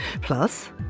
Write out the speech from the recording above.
Plus